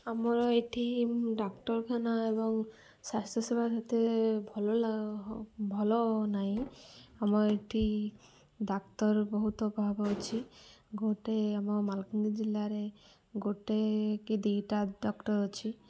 ଆମର ଏଠି ଡାକ୍ତରଖାନା ଏବଂ ସ୍ୱାସ୍ଥ୍ୟସେବା ସେତେ ଭଲ ଭଲ ନାହିଁ ଆମ ଏଠି ଡାକ୍ତର ବହୁତ ଅଭାବ ଅଛି ଗୋଟେ ଆମ ମାଲକାନଗିରି ଜିଲ୍ଲାରେ ଗୋଟେ କି ଦୁଇଟା ଡକ୍ଟର ଅଛି